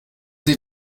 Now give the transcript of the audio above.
sie